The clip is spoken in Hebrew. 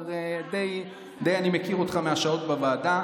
אני אגיד לך את זה כי זה מה שכתבתם בהסתייגויות.